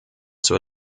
zur